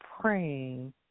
Praying